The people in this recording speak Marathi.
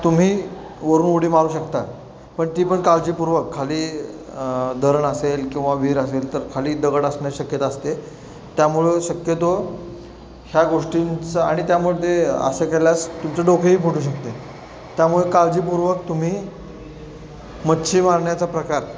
तुम्ही वरून उडी मारू शकता पण ती पण काळजीपूर्वक खाली धरण असेल किंवा विहीर असेल तर खाली दगड असण्या शक्यता असते त्यामुळं शक्यतो ह्या गोष्टींचा आणि त्यामुळे ते असं केल्यास तुमचं डोकेही फुटू शकते त्यामुळे काळजीपूर्वक तुम्ही मच्छी मारण्याचा प्रकार